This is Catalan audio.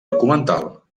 documental